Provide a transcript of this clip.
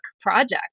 project